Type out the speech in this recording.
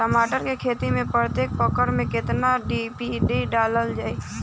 टमाटर के खेती मे प्रतेक एकड़ में केतना डी.ए.पी डालल जाला?